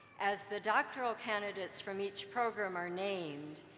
as the doctoral candidates from each program are named,